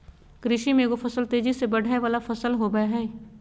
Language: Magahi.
कृषि में एगो फसल तेजी से बढ़य वला फसल होबय हइ